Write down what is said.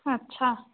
अच्छा